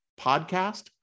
podcast